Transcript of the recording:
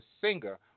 singer